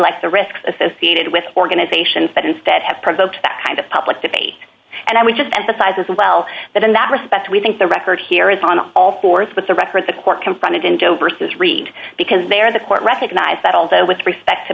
like the risks associated with organizations but instead have provoked that kind of public debate and i would just emphasize as well that in that respect we think the record here is on all forth with the record the court confronted and overseas read because they are the court recognize that although with respect to